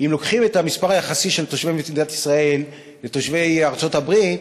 אם לוקחים את המספר היחסי של תושבי מדינת ישראל מול תושבי ארצות-הברית,